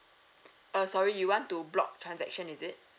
uh sorry you want to block transaction is it